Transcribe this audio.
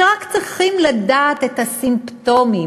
שרק צריכים לדעת את הסימפטומים.